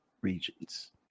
regions